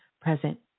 present